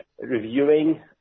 reviewing